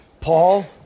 Paul